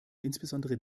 insbesondere